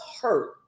hurt